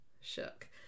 Shook